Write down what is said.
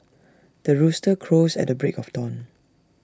the rooster crows at the break of dawn